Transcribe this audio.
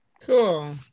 Cool